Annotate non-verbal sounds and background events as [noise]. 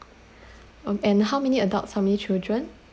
[breath] um and how many adults how many children